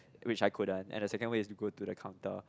which I couldn't and the second way is go to the counter